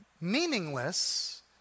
meaningless